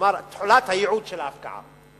כלומר תחולת הייעוד של ההפקעה.